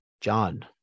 John